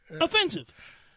offensive